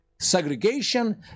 Segregation